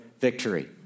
victory